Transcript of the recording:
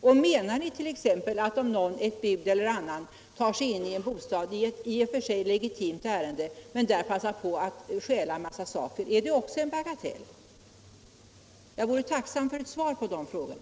Och menar ni t.ex. att om någon — ett bud eller annan -— tar sig in i en bostad i ett i och för sig legitimt ärende men där passar på att stjäla en mängd saker, så är det också en bagatell? 202 Jag vore tacksam för ett svar på de här frågorna.